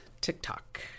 TikTok